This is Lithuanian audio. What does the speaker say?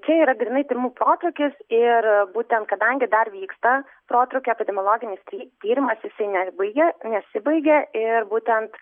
čia yra grynai tymų protrūkis ir būtent kadangi dar vyksta protrūkio epidemiologinis ty tyrimas jisai nebaigė nesibaigė ir būtent